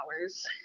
hours